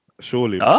Surely